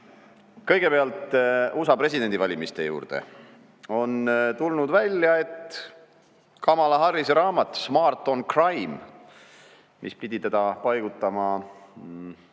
kõigepealt USA presidendivalimiste juurde. On tulnud välja, et suur osa Kamala Harrise raamatust "Smart on Crime", mis pidi ta paigutama